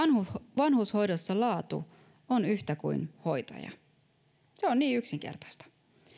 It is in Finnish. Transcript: vanhushoidossa laatu on yhtä kuin hoitaja se on niin yksinkertaista